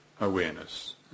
awareness